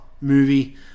movie